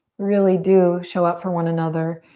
really do show up for one another.